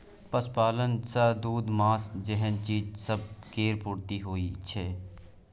पशुपालन सँ दूध, माँस जेहन चीज सब केर पूर्ति होइ छै